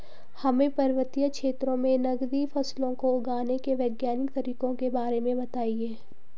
हमें पर्वतीय क्षेत्रों में नगदी फसलों को उगाने के वैज्ञानिक तरीकों के बारे में बताइये?